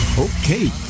Okay